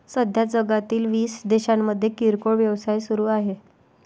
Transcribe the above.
सध्या जगातील वीस देशांमध्ये किरकोळ व्यवसाय सुरू आहेत